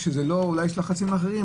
כשזה אולי לצרכים אחרים,